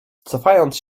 cofając